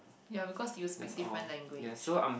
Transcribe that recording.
ya because you speak different language